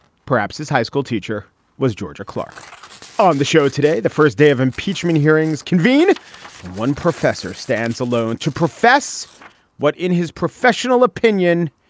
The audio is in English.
perhaps his high school teacher was george clark on the show today. the first day of impeachment hearings convene and one professor stands alone to profess what, in his professional opinion,